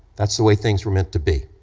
that's the way things were meant to be.